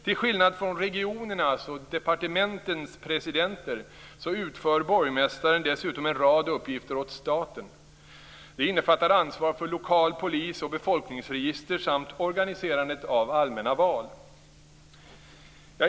Till skillnad från regionernas och departementens presidenter utför borgmästaren dessutom en rad uppgifter åt staten. Det innefattar ansvar för lokal polis och befolkningsregister samt organiserandet av allmänna val.